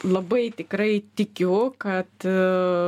labai tikrai tikiu kad